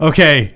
Okay